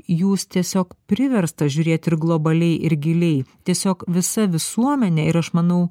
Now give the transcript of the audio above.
jūs tiesiog priversta žiūrėt ir globaliai ir giliai tiesiog visa visuomene ir aš manau